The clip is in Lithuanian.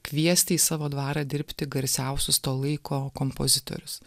kviesti į savo dvarą dirbti garsiausius to laiko kompozitorius